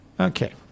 Okay